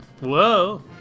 Whoa